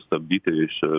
stabdyti iš